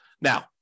Now